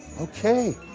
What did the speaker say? Okay